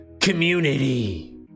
community